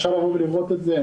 אפשר לבוא ולראות את זה.